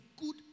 good